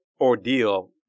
ordeal